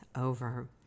over